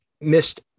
missed